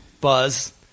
buzz